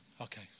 Okay